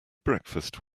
breakfast